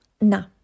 na